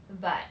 but